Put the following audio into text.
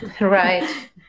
Right